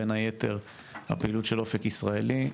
בין היתר הפעילות של אופק ישראלי,